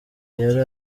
yari